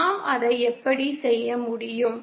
நாம் அதை எப்படி செய்ய முடியும்